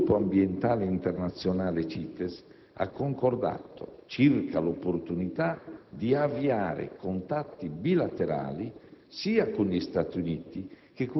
In conclusione, il gruppo ambientale internazionale CITES ha concordato circa l'opportunità di avviare contatti bilaterali